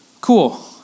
Cool